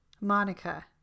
Monica